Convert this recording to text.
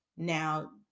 Now